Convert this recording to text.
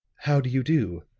how do you do?